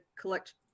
collect